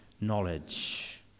knowledge